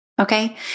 Okay